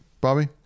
Bobby